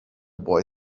boy